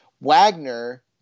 Wagner